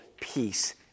peace